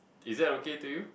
is that okay to you